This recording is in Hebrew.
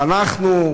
ואנחנו,